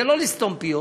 זה לא לסתום פיות,